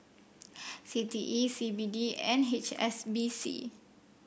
C T E C B D and H S B C